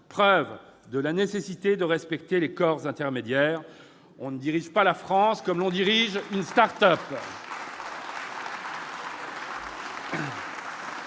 preuve de la nécessité de respecter les corps intermédiaires. On ne dirige pas la France comme on dirige une start-up.